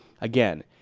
again